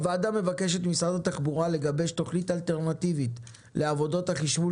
הוועדה מבקשת ממשרד התחבורה לגבש תוכנית אלטרנטיבית לעבודות החשמול